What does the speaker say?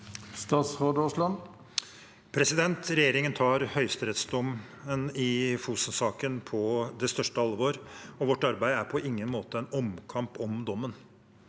Regjeringen tar høyesterettsdommen i Fosen-saken på det største alvor, og vårt arbeid er på ingen måte en omkamp om dommen.